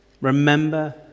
Remember